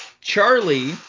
Charlie